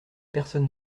personne